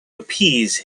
appease